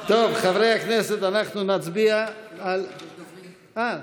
טוב, חברי הכנסת, אנחנו נצביע על, אה,